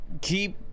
keep